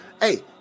Hey